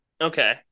Okay